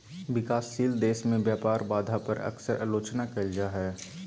विकासशील देश में व्यापार बाधा पर अक्सर आलोचना कइल जा हइ